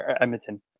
Edmonton